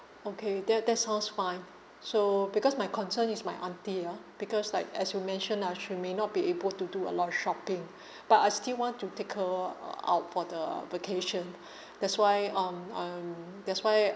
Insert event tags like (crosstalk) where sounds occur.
okay that that's sounds fine so because my concern is my aunty ah because like as you mentioned ah she may not be able to do a lot of shopping (breath) but I still want to take her uh out for the vacation (breath) that's why um I'm that's why